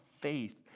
faith